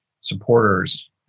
supporters